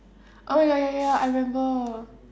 oh ya ya ya I remember